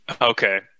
Okay